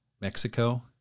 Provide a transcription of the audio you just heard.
Mexico